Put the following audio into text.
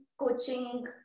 coaching